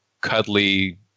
cuddly